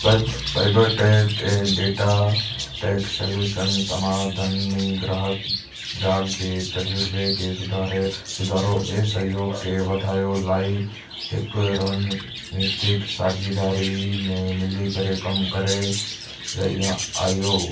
साइब Cybertech ऐं data tech solution समाधानि ग्राहक ग्राहक जे तजुर्बे खे सुधारे सुधारो ऐं सहयोग खे वधायो लाइ हिकु रणनीतिक साझीदारी में मिली करे कमु करे रहिया आहियो